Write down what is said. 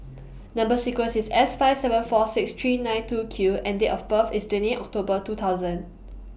Number sequence IS S five seven four six three nine two Q and Date of birth IS twenty eight October two thousand